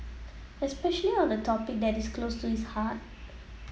especially on a topic that is close to his heart